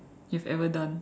you have ever done